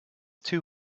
two